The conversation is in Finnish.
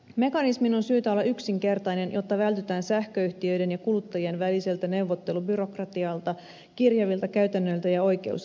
mekanismin on syytä olla yksinkertainen jotta vältytään sähköyhtiöiden ja kuluttajien väliseltä neuvottelubyrokratialta kirjavilta käytännöiltä ja oikeusriidoilta